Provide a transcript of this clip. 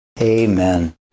Amen